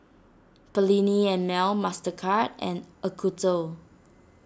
Perllini and Mel Mastercard and Acuto